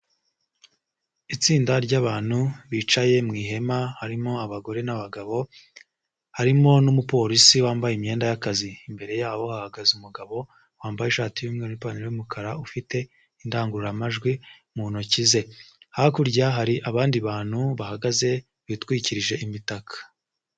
Itsinda ry'abantu bicaye mu ihema harimo abagore n'abagabo, harimo n'umupolisi wambaye imyenda y'akazi. Imbere yabo ahagaze umugabo wambaye ishati y'umweru n'ipantaro y'umukara ufite indangururamajwi mu ntoki ze, hakurya hari abandi bantu bahagaze bitwikirije imitaka.